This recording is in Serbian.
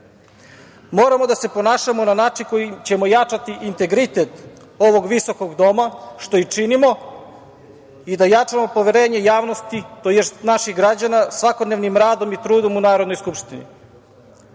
Moramo da se ponašamo na način kojim ćemo jačati integritet ovog visokog doma, što i činimo, i da jačamo poverenje javnosti, tj. naših građana, svakodnevnim radom i trudom u Narodnoj skupštini. Narodni